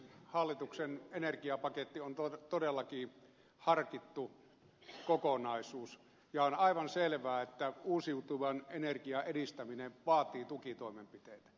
hallituksen energiapaketti on todellakin harkittu kokonaisuus ja on aivan selvää että uusiutuvan energian edistäminen vaatii tukitoimenpiteitä